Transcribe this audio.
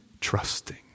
trusting